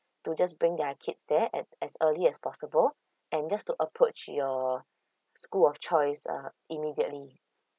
to just bring their kids there as as early as possible and just to approach your school of choice uh immediately